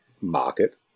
market